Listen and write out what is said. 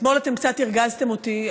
אתמול אתם קצת הרגזתם אותי,